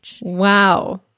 Wow